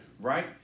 right